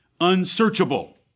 unsearchable